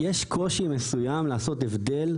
יש קושי מסוים לעשות הבדל,